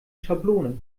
schablone